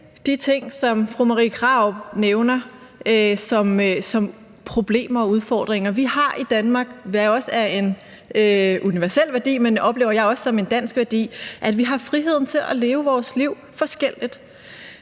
de ting, som fru Marie Krarup nævner, som problemer og udfordringer. Vi har i Danmark – hvilket er en universel værdi, men jeg oplever det også som en dansk værdi – friheden til at leve vores liv forskelligt.